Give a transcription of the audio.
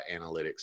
analytics